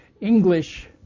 English